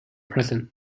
present